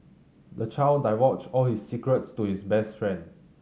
the child divulged all his secrets to his best friend